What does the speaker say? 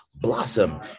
blossom